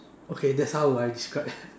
okay that's how will I describe